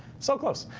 so close.